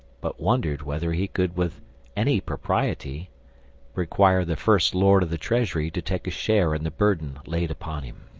but wondered whether he could with any propriety require the first lord of the treasury to take a share in the burden laid upon him.